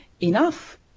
enough